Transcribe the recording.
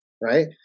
right